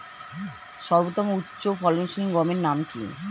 সর্বোত্তম ও উচ্চ ফলনশীল গমের নাম কি?